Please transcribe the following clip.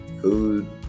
Food